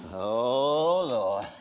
oh lord.